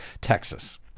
Texas